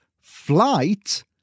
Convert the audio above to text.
flight